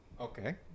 Okay